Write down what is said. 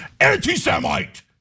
anti-Semite